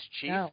chief